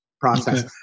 process